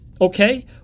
okay